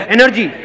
Energy